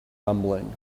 rumbling